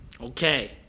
Okay